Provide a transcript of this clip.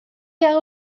jahre